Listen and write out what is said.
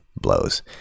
blows